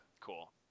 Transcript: Cool